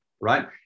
right